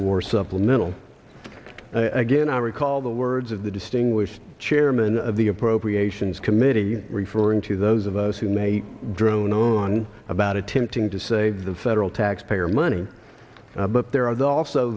war supplemental again i recall the words of the distinguished chairman of the appropriations committee referring to those of us who may drone on about attempting to save the federal taxpayer money but there